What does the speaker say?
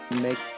make